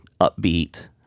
upbeat